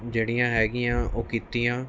ਜਿਹੜੀਆਂ ਹੈਗੀਆਂ ਉਹ ਕੀਤੀਆਂ